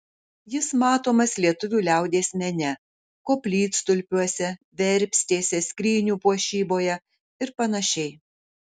jis matomas lietuvių liaudies mene koplytstulpiuose verpstėse skrynių puošyboje ir panašiai